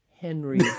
Henry